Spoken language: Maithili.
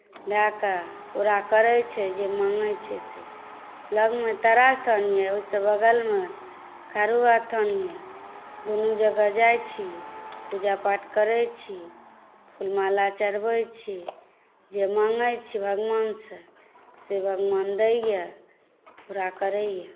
लए कऽ पूरा करैत छै जे माँगैत छै से लगमे तारास्थान यए ओहिसँ बगलमे कारूबाबाक स्थान यए दुनू जगह जाइत छी पूजा पाठ करैत छी फूल माला चढ़बैत छी जे माँगैत छी भगवानसँ से भगवान दैए पूरा करैए